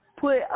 put